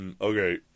Okay